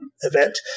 event